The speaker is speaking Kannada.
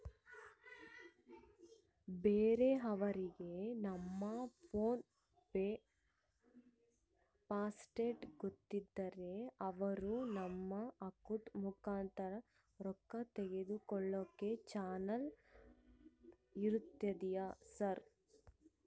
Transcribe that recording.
ಬೇರೆಯವರಿಗೆ ನಮ್ಮ ಫೋನ್ ಪೆ ಪಾಸ್ವರ್ಡ್ ಗೊತ್ತಾದ್ರೆ ಅವರು ನಮ್ಮ ಅಕೌಂಟ್ ಮುಖಾಂತರ ರೊಕ್ಕ ತಕ್ಕೊಳ್ಳೋ ಚಾನ್ಸ್ ಇರ್ತದೆನ್ರಿ ಸರ್?